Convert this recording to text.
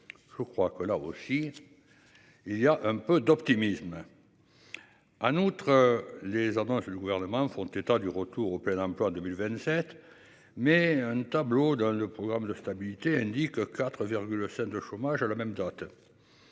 Je crois que la aussi. Et il y a un peu d'optimisme. Anne. Outre les ordonnances. Le gouvernement font état du retour au plein emploi en 2027 mais un tableau dans le programme de stabilité, indique que 4,5 de chômage à la même date.